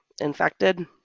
infected